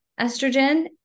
estrogen